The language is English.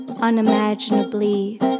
unimaginably